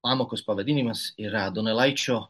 pamokos pavadinimas yra donelaičio